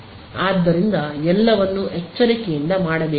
ಆದ್ದರಿಂದ ಎಲ್ಲವನ್ನೂ ಎಚ್ಚರಿಕೆಯಿಂದ ಮಾಡಬೇಕಾಗಿದೆ